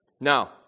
Now